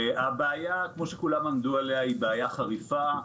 הבעיה, כמו שכולם עמדו עליה, היא בעיה חריפה.